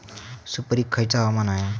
सुपरिक खयचा हवामान होया?